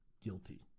guilty